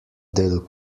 del